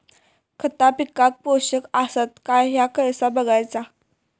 खता पिकाक पोषक आसत काय ह्या कसा बगायचा?